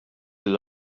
lill